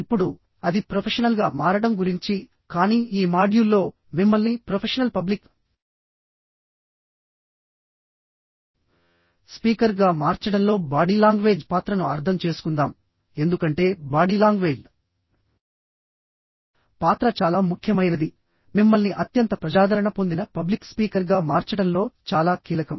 ఇప్పుడుఅది ప్రొఫెషనల్గా మారడం గురించి కానీ ఈ మాడ్యూల్లోమిమ్మల్ని ప్రొఫెషనల్ పబ్లిక్ స్పీకర్గా మార్చడంలో బాడీ లాంగ్వేజ్ పాత్రను అర్థం చేసుకుందాం ఎందుకంటే బాడీ లాంగ్వేజ్ పాత్ర చాలా ముఖ్యమైనది మిమ్మల్ని అత్యంత ప్రజాదరణ పొందిన పబ్లిక్ స్పీకర్గా మార్చడంలో చాలా కీలకం